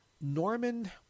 Norman